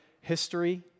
history